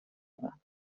aber